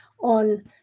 on